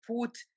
put